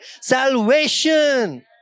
salvation